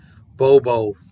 Bobo